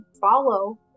follow